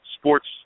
sports